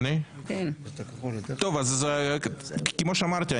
אז כמו שאמרתי,